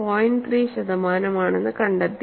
3 ശതമാനമാണെന്ന് കണ്ടെത്തി